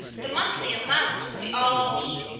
the monthly allowance will be all i'll need,